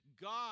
God